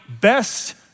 best